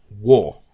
war